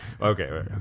Okay